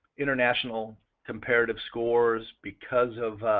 international comparative scores because of